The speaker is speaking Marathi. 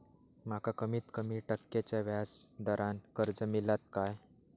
माका कमीत कमी टक्क्याच्या व्याज दरान कर्ज मेलात काय?